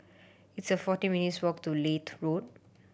it's a forty minutes' walk to Leith Road